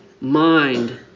mind